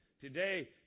Today